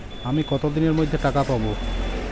আমি কতদিনের মধ্যে টাকা পাবো?